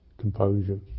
composure